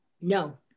No